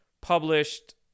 published